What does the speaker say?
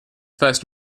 first